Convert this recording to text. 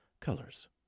Colors